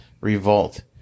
revolt